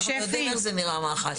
אנחנו כבר יודעים איך נראה מח"ש.